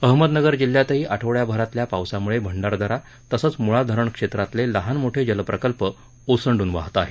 अहमदनगर जिल्ह्यातही आठवडाभरातल्या पावसामुळे भंडारदरा तसंच मुळा धरण क्षेत्रातले लहानमोठे जलप्रकल्प ओसंडून वाहत आहेत